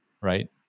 right